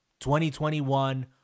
2021